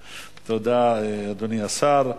תודה, אדוני השר.